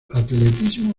atletismo